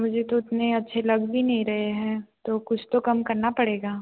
मुझे तो उतने अच्छे लग भी नहीं रहे हैं तो कुछ तो कम करना पड़ेगा